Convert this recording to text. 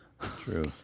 True